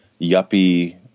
yuppie